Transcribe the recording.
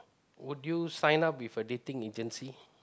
would you sign up with a dating agency